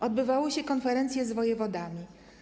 Odbywały się konferencje z wojewodami.